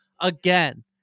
again